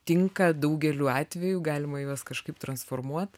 tinka daugeliu atvejų galima juos kažkaip transformuot